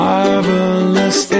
Marvelous